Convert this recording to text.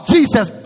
Jesus